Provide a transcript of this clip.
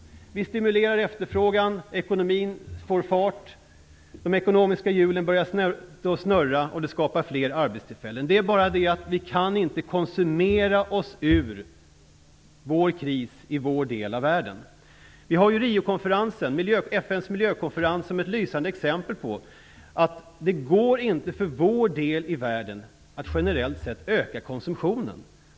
Vi stimulerar efterfrågan. Ekonomin får fart. De ekonomiska hjulen börjar snurra, och det skapas fler arbetstillfällen. Det är bara det att vi inte kan konsumera oss ur krisen i vår del av världen. Vi har Riokonferensen - FN:s miljökonferens - som ett lysande exempel på att det i vår del av världen inte går att generellt sett öka konsumtionen.